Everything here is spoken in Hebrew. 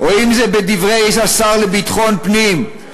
או אם זה בדברי השר לביטחון פנים,